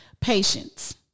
Patience